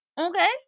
Okay